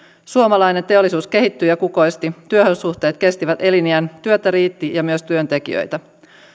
suomalainen teollisuus kehittyi ja kukoisti työsuhteet kestivät eliniän työtä riitti ja myös työntekijöitä